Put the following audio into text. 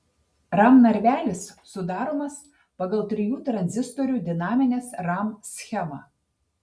ram narvelis sudaromas pagal trijų tranzistorių dinaminės ram schemą